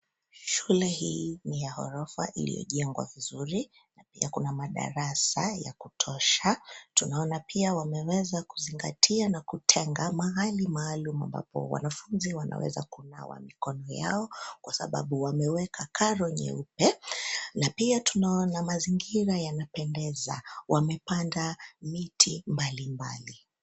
Shule hii ni ya gorofa iliyojengwa vizuri na kuna madarasa ya kutosha. Tunaona pia wameweza kuzingatia na kutenga mahali maalum ambapo wanafunzi wanaweza kunawa mikono yao; kwa sababu wameweka karo nyeupe na pia tunaona mazingira yamependeza. Wamepanda miti mbalimbali.